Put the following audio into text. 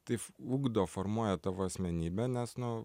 tai ugdo formuoja tavo asmenybę nes nu